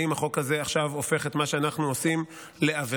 האם החוק הזה עכשיו הופך את מה שאנחנו עושים לעבירה?